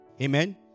Amen